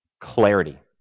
clarity